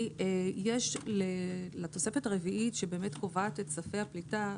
כי יש לתוספת הרביעית שקובעת את ספי הפליטה,